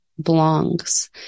belongs